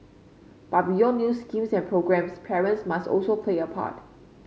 but beyond new schemes and programmes parents must also play a part